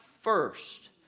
first